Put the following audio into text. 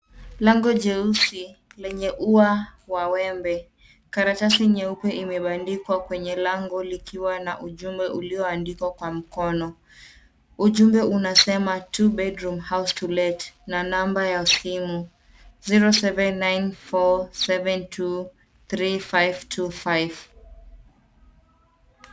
Lango jeusi lenye ua wa wembe. Karatasi nyeupe imebandikwa kwenye lango likiwa na ujumbe ulioandikwa kwa mkono . Ujumbe unasema two bedroom house to let na namba ya simu 0794723525.